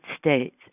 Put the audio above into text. States